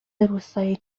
روستایی